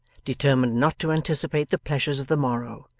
determined not to anticipate the pleasures of the morrow,